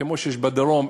כמו בדרום,